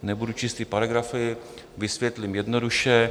Nebudu číst ty paragrafy, vysvětlím jednoduše.